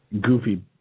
goofy